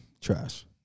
trash